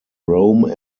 rome